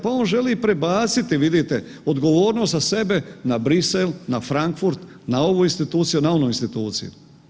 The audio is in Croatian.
Pa on želi prebaciti vidite odgovornost sa sebe na Brisel, na Frankfurt, na ovu instituciju, na onu instituciju.